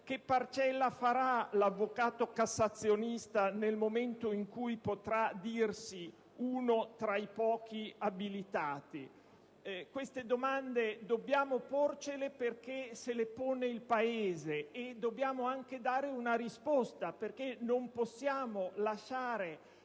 Che parcella farà l'avvocato cassazionista nel momento in cui potrà dirsi uno tra i pochi abilitati?». Queste domande dobbiamo porcele perché se le pone il Paese; e dobbiamo anche darvi una risposta. Non possiamo lasciare